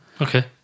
Okay